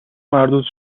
مردود